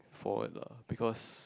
forward lah because